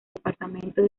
departamento